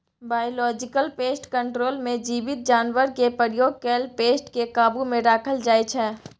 biological pest control मे जीबित जानबरकेँ प्रयोग कए पेस्ट केँ काबु मे राखल जाइ छै